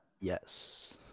Yes